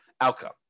outcome